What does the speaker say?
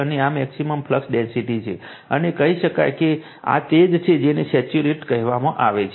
અને આ maximum flux density છે અને કહી શકાય કે આ તે જ છે જેને સેચ્યુરેટેડ કહેવામાં આવે છે